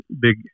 big